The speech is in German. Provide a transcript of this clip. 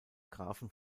grafen